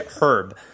herb